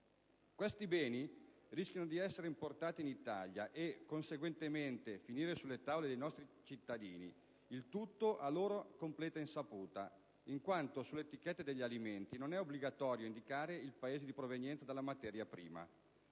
Questi beni rischiano di essere importati in Italia e, conseguentemente, finire sulle tavole dei nostri cittadini: il tutto a loro completa insaputa, in quanto sulle etichette degli alimenti non è obbligatorio indicare il Paese di provenienza della materia prima.